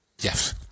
Yes